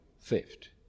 theft